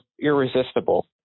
irresistible